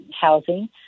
housing